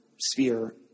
sphere